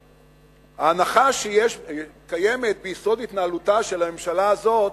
ההנחה שקיימת ביסוד התנהלותה של הממשלה הזו,